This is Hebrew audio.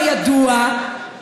בידוע,